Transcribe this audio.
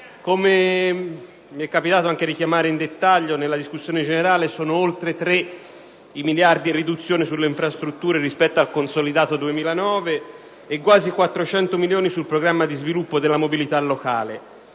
Come mi è capitato di richiamare in dettaglio in discussione generale, sono oltre tre i miliardi in riduzione sulle infrastrutture rispetto al consolidato 2009 e sono quasi 400 milioni di euro sul programma di sviluppo della mobilità locale,